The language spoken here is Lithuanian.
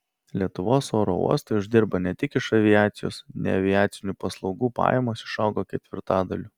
lietuvos oro uostai uždirba ne tik iš aviacijos neaviacinių paslaugų pajamos išaugo ketvirtadaliu